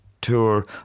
tour